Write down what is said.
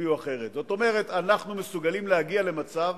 יצביעו אחרת, זאת אומרת, אנחנו מסוגלים להגיע למצב